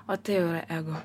o tai jau yra ego